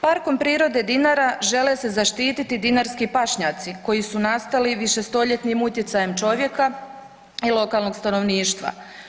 Parkom prirode Dinara žele se zaštititi dinarski pašnjaci koji su nastali višestoljetnim utjecajem čovjeka i lokalnog stanovništva.